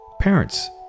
parents